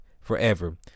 forever